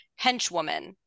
henchwoman